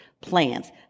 plans